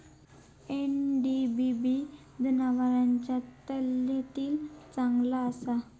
NDBB जनावरांच्या तब्येतीक चांगला असता